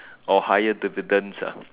or higher dividends ah